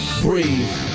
Breathe